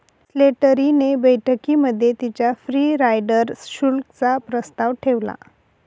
Slattery ने बैठकीमध्ये तिच्या फ्री राईडर शुल्क चा प्रस्ताव ठेवला